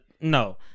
No